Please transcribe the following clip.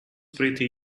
pretty